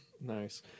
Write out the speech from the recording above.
Nice